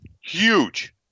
huge